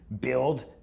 build